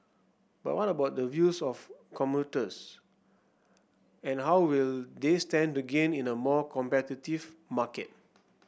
but what about the views of commuters and how will they stand to gain in a more competitive market